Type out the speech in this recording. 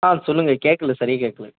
ஆ சொல்லுங்க கேட்கல சரியாக கேட்கல